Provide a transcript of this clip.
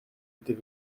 était